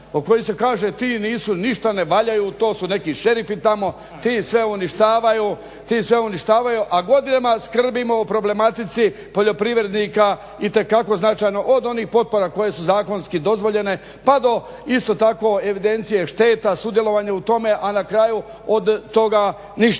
o kojoj se kaže ti nisu, ništa ne valjaju, to su neki šerifi tamo, ti sve uništavaju, ti sve uništavaju a godinama skrbimo o problematici poljoprivrednika itekako značajno od onih potpora koje su zakonski dozvoljene, pa do isto tako evidencije šteta, sudjelovanje u tome, a na kraju od toga ništa.